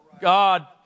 God